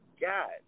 God